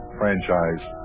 franchise